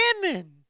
women